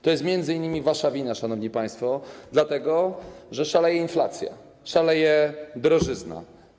To jest m.in. wasza wina, szanowni państwo, dlatego że szaleje inflacja, szaleje drożyzna.